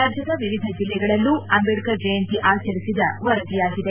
ರಾಜ್ಯದ ವಿವಿಧ ಜಿಲ್ಲೆಗಳಲ್ಲೂ ಅಂಬೇಡ್ತರ್ ಜಯಂತಿ ಆಚರಿಸಿದ ವರದಿಯಾಗಿದೆ